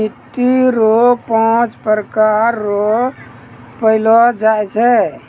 मिट्टी रो पाँच प्रकार रो पैलो जाय छै